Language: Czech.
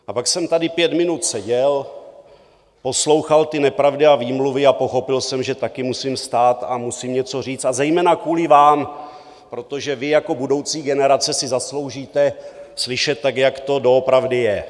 A pak jsem tady pět minut seděl, poslouchal ty nepravdy a výmluvy a pochopil jsem, že taky musím vstát a musím něco říct, a zejména kvůli vám, protože vy jako budoucí generace si zasloužíte slyšet, jak to doopravdy je.